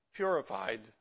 purified